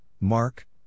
Mark